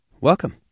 Welcome